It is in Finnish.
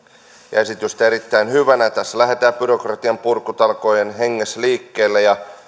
ja esitystä erittäin hyvänä tässä lähdetään byrokratian purkutalkoiden hengessä liikkeelle ja